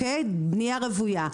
בנייה רוויה.